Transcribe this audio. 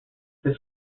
this